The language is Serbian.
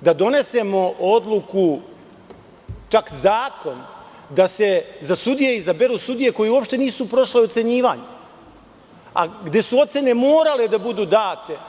da donesemo odluku, čak zakon, da se za sudije izaberu sudije koje uopšte nisu prošle ocenjivanje, a gde su ocene morale da budu date?